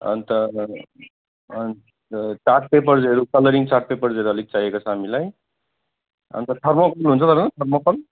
अन्त अन्त चार्ट पेपरहरू कलरिङ चार्ट पेपरहरू अलिक चाहिएको छ हामीलाई अन्त थर्मोकल हुन्छ तपाईँकोमा थर्मोकल